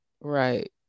right